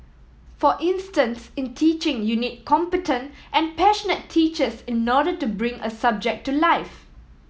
for instance in teaching you need competent and passionate teachers in order to bring a subject to life